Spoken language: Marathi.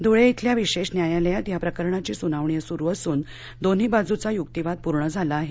ध्रुळे इथल्या विशेष न्यायालयात या प्रकरणाची सुनावणी सुरु असून दोन्ही बाजुचा युक्तीवाद पुर्ण झाला आहे